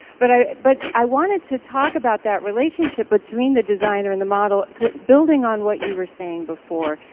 but, i, but i wanted to talk about that relationship between the designer and the model, building on what you were saying before,